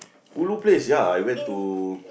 ulu place ya I went to